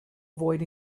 avoid